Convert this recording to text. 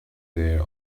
there